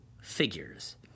figures